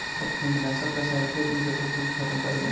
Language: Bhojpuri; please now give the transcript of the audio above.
फंफूदनाशक रसायन खेत में से फंफूद खतम करेला